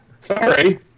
Sorry